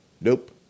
Nope